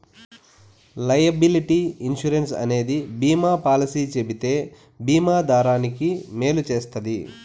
liability insurance అనేది బీమా policy చెబితే బీమా దారానికి మేలు చేస్తది